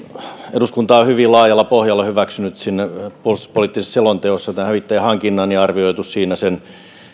eduskunta on hyvin laajalla pohjalla hyväksynyt puolustuspoliittisessa selonteossa tämän hävittäjähankinnan ja arvioinut siinä